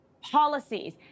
policies